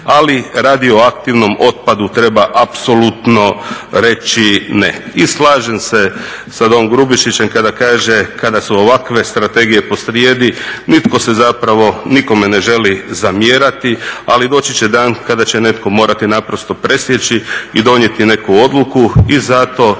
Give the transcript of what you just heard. ali radioaktivnom otpadu treba apsolutno reći ne. I slažem se da Don Grubišićem kada kaže kada su ovakve strategije posrijedi, nitko se zapravo nikome ne želi zamjerati, ali doći će dan kada će netko morati naprosto presjeći i donijeti neku odluku i zato